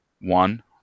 one